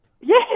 Yes